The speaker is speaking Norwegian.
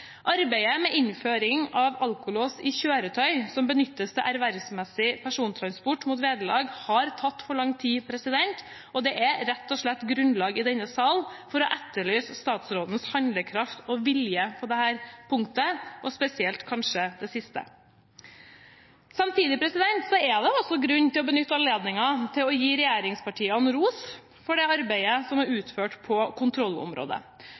Arbeidet med innføring av alkolås i kjøretøy som benyttes til ervervsmessig persontransport mot vederlag, har tatt for lang tid, og det er rett og slett grunnlag i denne sal for å etterlyse statsrådens handlekraft og vilje på dette punktet – og spesielt kanskje det siste. Samtidig er det også grunn til å benytte anledningen til å gi regjeringspartiene ros for det arbeidet som er utført på kontrollområdet.